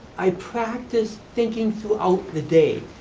i practice thinking throughout the day,